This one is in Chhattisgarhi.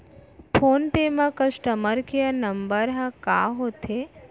फोन पे म कस्टमर केयर नंबर ह का होथे?